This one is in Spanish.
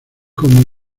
con